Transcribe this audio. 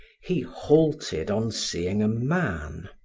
he halted on seeing a man.